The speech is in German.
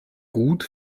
gut